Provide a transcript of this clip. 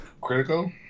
critical